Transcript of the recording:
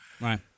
Right